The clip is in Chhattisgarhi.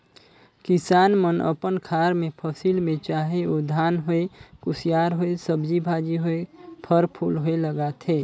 किसान मन अपन खार मे फसिल में चाहे ओ धान होए, कुसियार होए, सब्जी भाजी होए, फर फूल होए लगाथे